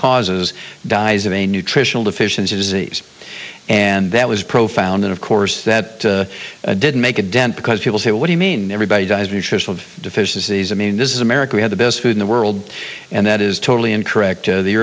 causes dies of a nutritional deficiency disease and that was profound and of course that didn't make a dent because people say what you mean everybody dies nutritional deficiencies i mean this is america we have the best food in the world and that is totally incorrect the